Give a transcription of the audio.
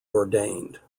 ordained